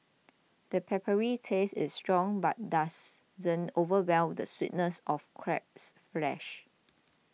the peppery taste is strong but doesn't overwhelm the sweetness of crab's flesh